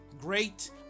great